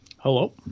Hello